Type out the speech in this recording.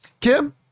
Kim